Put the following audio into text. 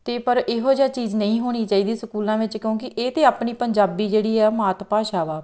ਅਤੇ ਪਰ ਇਹੋ ਜਿਹਾ ਚੀਜ਼ ਨਹੀਂ ਹੋਣੀ ਚਾਹੀਦੀ ਸਕੂਲਾਂ ਵਿੱਚ ਕਿਉਂਕਿ ਇਹ ਤਾਂ ਆਪਣੀ ਪੰਜਾਬੀ ਜਿਹੜੀ ਹੈ ਮਾਤ ਭਾਸ਼ਾ ਵਾ